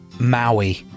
Maui